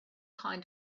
kind